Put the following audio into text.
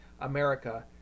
America